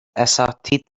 اساتید